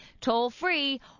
Toll-free